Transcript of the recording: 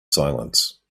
silence